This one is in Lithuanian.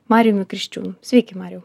marijumi kriščiūnu sveiki mariau